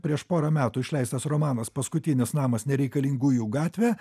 prieš porą metų išleistas romanas paskutinis namas nereikalingųjų gatvė